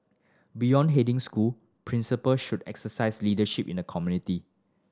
beyond heading school principal should exercise leadership in the community